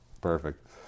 Perfect